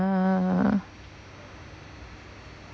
ah